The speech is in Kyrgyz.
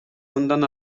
мындан